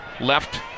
left